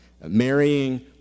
Marrying